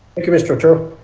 thank you mr. otero.